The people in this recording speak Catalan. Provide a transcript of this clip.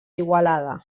igualada